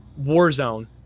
warzone